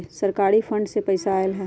सरकारी फंड से पईसा आयल ह?